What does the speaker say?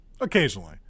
occasionally